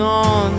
on